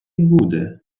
буде